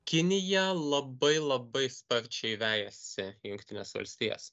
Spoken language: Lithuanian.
kinija labai labai sparčiai vejasi jungtines valstijas